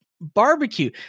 barbecue